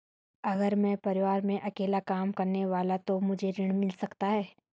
अगर मैं परिवार में अकेला कमाने वाला हूँ तो क्या मुझे ऋण मिल सकता है?